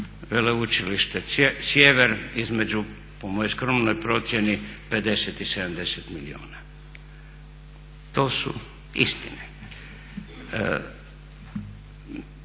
Veleučilište Sjever između po mojoj skromnoj procjeni 50 i 70 milijuna. To su istine.